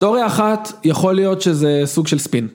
תאוריה אחת, יכול להיות שזה סוג של ספין.